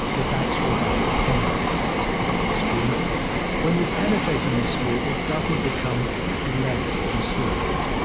it's actually about penetrating that mystery. and when you penetrate a mystery, it doesn't become less mysterious.